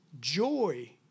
joy